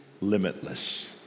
limitless